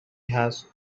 هست